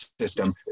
system